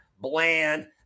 Bland